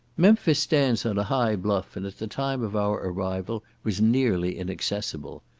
memphis stands on a high bluff, and at the time of our arrival was nearly inaccessible.